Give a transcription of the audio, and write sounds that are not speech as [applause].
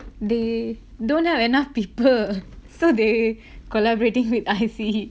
they don't have enough people so they collaborating with I_C [laughs]